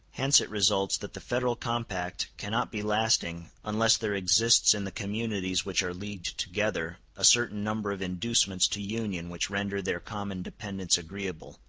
hence it results that the federal compact cannot be lasting unless there exists in the communities which are leagued together a certain number of inducements to union which render their common dependence agreeable,